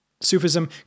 Sufism